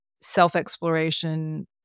self-exploration